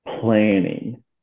planning